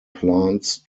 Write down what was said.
plants